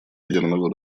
ядерного